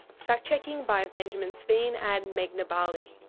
fact checking by benjamin sveen and meghna bali.